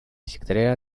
секретаря